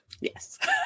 Yes